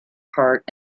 part